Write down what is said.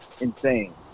insane